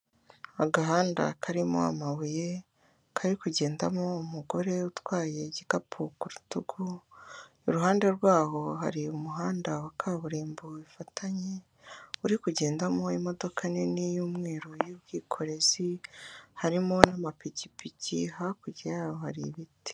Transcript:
Agahanda karimo amabuye kari kugendamo umugore utwaye igikapu ku rutugu, iruhande rwaho hari umuhanda wa kaburimbo bifatanye uri kugendamo imodoka nini y'umweru y'ubwikorezi harimo n'amapikipiki hakuryaho hari ibiti.